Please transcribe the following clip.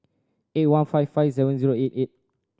eight one five five seven zero eight eight